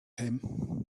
him